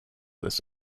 this